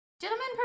Gentlemen